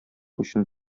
өчен